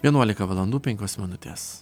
vienuolika valandų penkios minutes